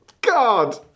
god